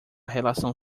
relação